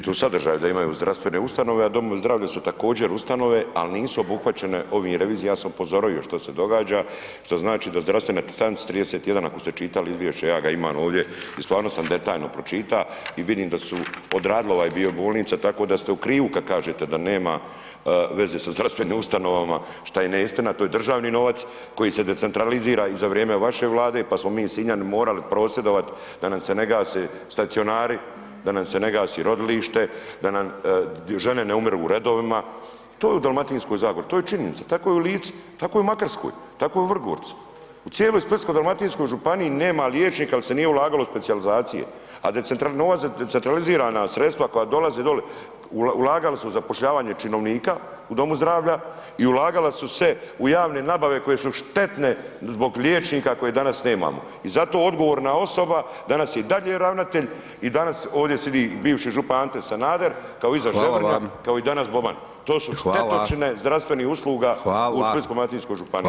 Vidite u sadržaju da imaju zdravstvene ustanove, a domovi zdravlja su također ustanove, al nisu obuhvaćene ovim revizijama, ja sam upozorio što se događa, što znači da zdravstvene, na str. 31. ako ste čitali izvješće, ja ga imam ovdje i stvarno sam detaljno pročita i vidim da su odradili ovaj dio bolnica, tako da ste u krivu kad kažete da nema veze sa zdravstvenim ustanovama, šta je neistina, to je državni novac koji se decentralizira i za vrijeme vaše Vlade, pa smo mi Sinjani morali prosvjedovat da nam se ne gase stacionari, da nam se ne gasi rodilište, da nam žene ne umiru u redovima, to je u Dalmatinskoj zagori, to je činjenica, tako je i u Lici, tako je i u Makarskoj, tako je i u Vrgorcu, u cijeloj Splitsko-dalmatinskoj županiji nema liječnika jer se nije ulagalo u specijalizacije, a novac za decentralizirana sredstva koja dolaze doli ulagali su u zapošljavanje činovnika u domu zdravlja i ulagala su se u javne nabave koje su štetne zbog liječnika koje danas nemamo i zato odgovorna osoba danas je i dalje ravnatelj i danas ovdje sidi bivši župan Ante Sanader [[Upadica: Hvala vam]] [[Govornik se ne razumije]] kao i danas Boban, to su [[Upadica: Hvala vam]] štetočine zdravstvenih usluga [[Upadica: Hvala]] u Splitsko-dalmatinskoj županiji.